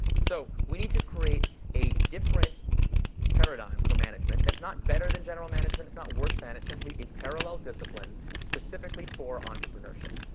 so, we need to create a different paradigm for management that's not better than general management. it's not worse than. it's simply a parallel discipline specifically for entrepreneurship.